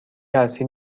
اصیل